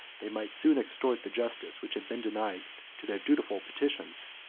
they might soon extort the justice which had been denied to their dutiful petitions.